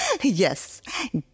Yes